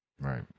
right